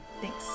thanks